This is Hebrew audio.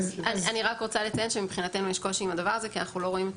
אני רוצה לציין שמבחינתנו יש קושי עם הדבר הזה כי אנחנו לא רואים את